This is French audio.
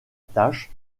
tache